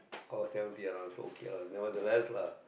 oh seventy ah around so okay lah nevertheless lah